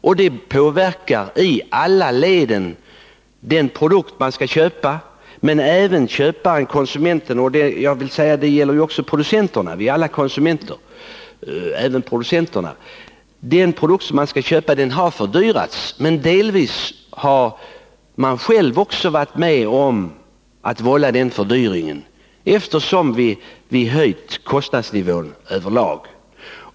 Och det påverkar i alla led de produkter vi skall köpa. Det gäller köparen-konsumenten men även producenten — vi är ju alla också konsumenter. Den produkt man skall köpa har fördyrats, men man har ju delvis själv varit med om att vålla den fördyrningen, eftersom kostnadsnivån höjts över lag.